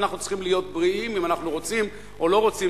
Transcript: אנחנו צריכים להיות בריאים אם אנחנו רוצים או לא רוצים,